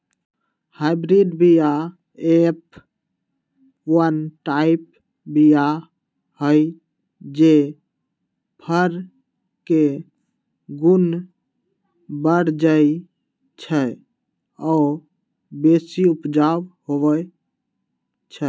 hybrid बीया F one type बीया हई जे फर के गुण बढ़बइ छइ आ बेशी उपजाउ होइ छइ